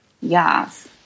Yes